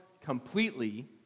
completely